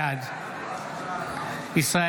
בעד ישראל